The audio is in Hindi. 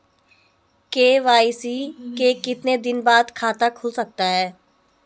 के.वाई.सी के कितने दिन बाद खाता खुल सकता है?